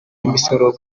imisoro